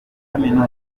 kaminuza